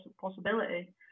possibility